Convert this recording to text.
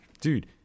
Dude